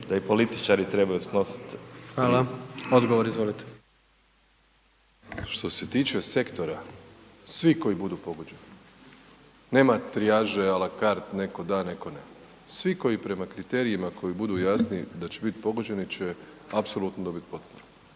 izvolite. **Plenković, Andrej (HDZ)** Što se tiče sektora, svi koji budu pogođeni. Nema trijaže, a la carte, neko da, neko ne, svi koji prema kriterijima koji budu jasni da će biti pogođeni će apsolutno dobiti potporu.